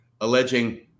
alleging